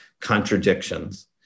contradictions